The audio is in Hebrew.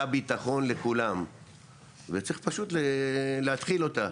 לביטחון לכולם וצריך פשוט להתחיל אותה